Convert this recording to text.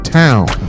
town